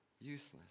useless